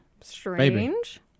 Strange